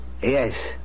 Yes